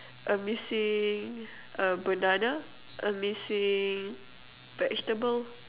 a missing uh banana a missing vegetable